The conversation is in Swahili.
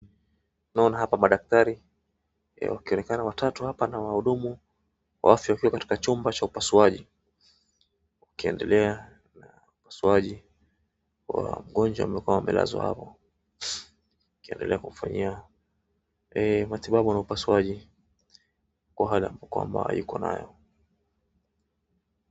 Naona hapa madaktari, wakionekana watatu hapa na wahudumu wa afya wakionekana katika chumba cha upasuaji wakiendelea na upasuaji wa mgonjwa amekuwa amelazwa hapo. Wakiendelea kumfanyia matibabu na upasuaji kwa hali ambayo kwamba yuko nayo.